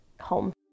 home